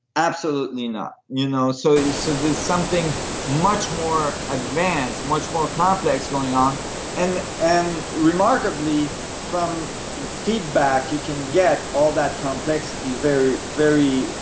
absolutely not. you know so so there's something much more advanced, much more complex going on and and remarkably from feedback, you can get all that complexity very, very